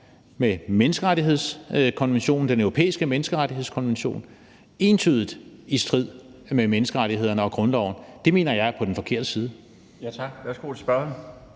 med Den Europæiske Menneskerettighedskonvention – entydigt i strid med menneskerettighederne og grundloven. Det mener jeg er at stå på den forkerte side.